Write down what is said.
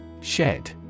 Shed